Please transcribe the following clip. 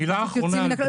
מילה אחרונה.